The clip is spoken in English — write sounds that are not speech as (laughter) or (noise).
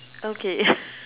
okay (laughs)